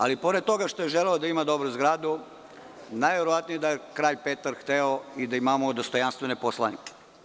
Ali, pored toga što je želeo da ima dobru zgradu, najverovatnije da je kralj Petar hteo i da imamo i dostojanstvene poslanike.